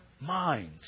minds